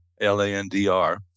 L-A-N-D-R